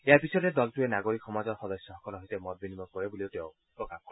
ইয়াৰ পিছতে দলটোৱে নাগৰিক সমাজৰ সদস্যসকলৰ সৈতে মত বিনিময় কৰে বুলিও তেওঁ প্ৰকাশ কৰে